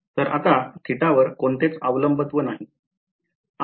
तर आता थिटावर कोणतेच अवलंबत्व नाही